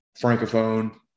francophone